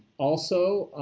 also,